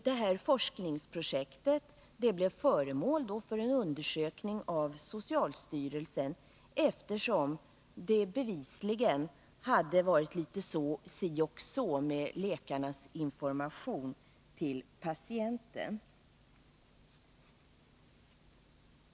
Det här forskningsprojektet blev föremål för en undersökning av socialstyrelsen, eftersom det bevisligen hade varit litet si och så med läkarnas information till patienterna.